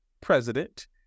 president